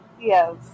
yes